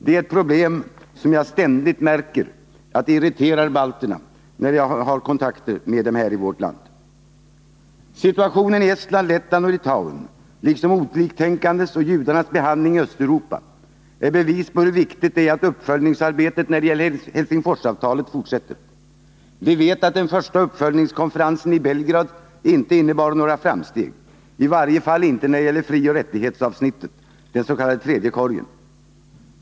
Jag märker, när jag har kontakter med balterna i vårt land, att det här är ett problem som irriterar dem. Situationen i Estland, Lettland och Litauen, liksom behandlingen av de oliktänkande och judarna i Östeuropa, är bevis på hur viktigt det är att uppföljningsarbetet när det gäller Helsingforsavtalet fortsätter. Vi vet att den första uppföljningskonferensen i Belgrad inte innebar några framsteg — i varje fall inte när det gällde frioch rättighetsavsnittet, den s.k. tredje korgen.